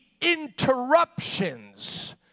interruptions